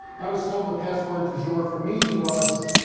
i was told the password de jure for me was